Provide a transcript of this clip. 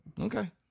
Okay